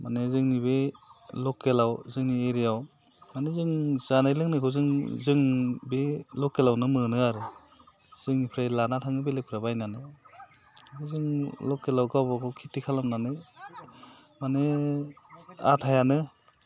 माने जोंनि बे लकेलाव जोंनि एरियायाव माने जों जानाय लोंनायखौ जों बे लकेलावनो मोनो आरो जोंनिफ्राय लाना थाङो बेलेगफ्रा बायनानै जों लकेलाव गावबा गाव खेथि खालामनानै माने आधायानो